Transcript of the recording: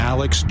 Alex